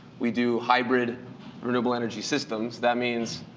we do hybrid renewable energy systems. that means